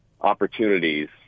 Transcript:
opportunities